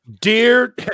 Dear